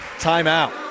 timeout